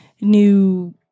new